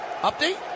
update